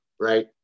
right